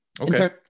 Okay